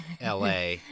LA